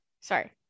sorry